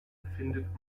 findet